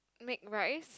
make rice